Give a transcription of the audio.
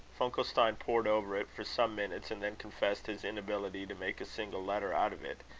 funkelstein pored over it for some minutes, and then confessed his inability to make a single letter out of it,